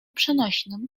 przenośnym